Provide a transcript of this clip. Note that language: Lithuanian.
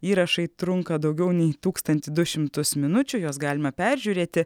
įrašai trunka daugiau nei tūkstantį du šimtus minučių juos galima peržiūrėti